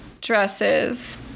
dresses